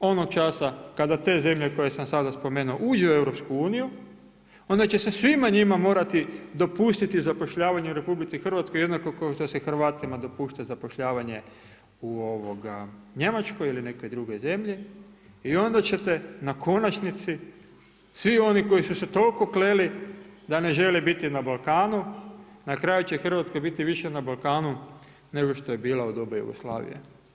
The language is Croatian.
Onog časa kada te zemlje koje sam sad spomenuo uđu u EU, onda će se svima njima morati dopustiti zapošljavanje u RH, jednako kao što se Hrvatima dopušta zapošljavanje u Njemačkoj ili neke druge zemlje i onda ćete u konačnici, svi oni koji su se toliko kleli da ne žele biti na Balkanu, na kraju će Hrvatska biti više na Balkanu, nego što je bila u doba Jugoslavije.